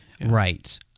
right